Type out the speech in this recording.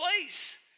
place